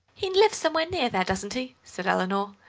he lives somewhere near there, doesn't he? said eleanor.